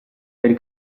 del